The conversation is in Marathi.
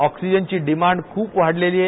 ऑक्सीजनची डिमांड खुप वाढली आहे